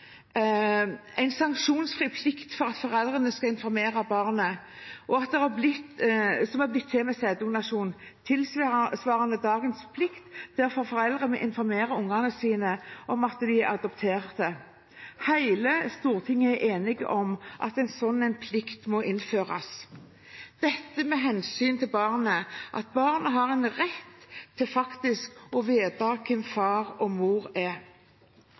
en sanksjonsfri plikt for foreldrene til å informere barnet om at det har blitt til ved sæddonasjon, tilsvarende dagens plikt for foreldrene til å informere ungene sine om at de er adoptert. Hele Stortinget er enig om at en sånn plikt må innføres – dette av hensyn til barnet, at barnet har en rett til faktisk å vite hvem far og mor er.